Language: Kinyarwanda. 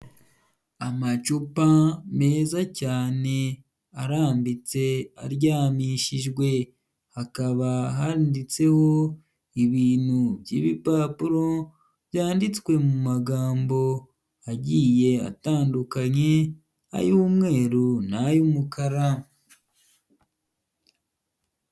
Amacupa meza cyane arambitse aryamishijwe hakaba handitseho ibintu by'ibipapuro byanditswe mu magambo agiye atandukanye, ay'umweru n'ay'umukara.